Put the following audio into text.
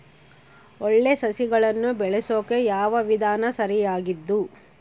ಒಳ್ಳೆ ಸಸಿಗಳನ್ನು ಬೆಳೆಸೊಕೆ ಯಾವ ವಿಧಾನ ಸರಿಯಾಗಿದ್ದು?